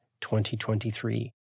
2023